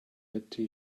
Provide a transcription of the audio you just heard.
red